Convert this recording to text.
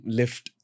lift